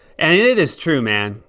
and it is true, man.